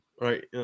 Right